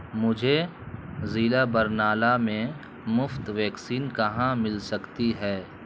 مجھے ضلع برنالہ میں مفت ویکسین کہاں مل سکتی ہے